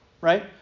right